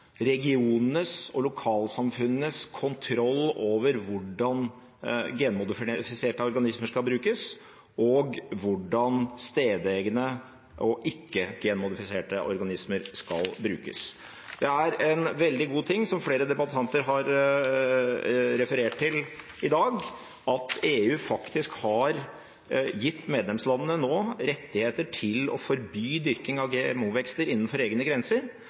regionenes og lokalsamfunnenes kontroll over hvordan genmodifiserte organismer skal brukes, og hvordan stedegne og ikke-genmodifiserte organismer skal brukes. Det er en veldig god ting, som flere debattanter har referert til i dag, at EU nå faktisk har gitt medlemslandene rett til å forby dyrking av GMO-vekster innenfor egne grenser,